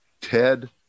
Ted